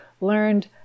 learned